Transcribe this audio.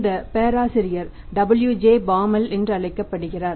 இந்த பேராசிரியர் W